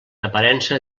aparença